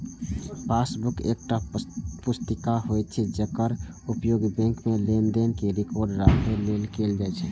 passbook एकटा पुस्तिका होइ छै, जेकर उपयोग बैंक मे लेनदेन के रिकॉर्ड राखै लेल कैल जाइ छै